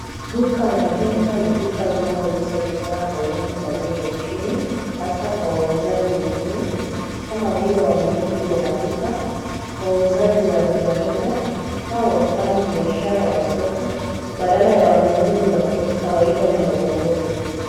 Duka la jumla ni duka linalouza bidhaa kwa wingi kwa bei ya chini, hasa kwa wauzaji wengine kama vile wamiliki wa maduka, wauzaji wa rejareja au wanabiashara wa soko badala ya wanunuzi wa kawaida mmoja mmoja.